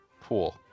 pool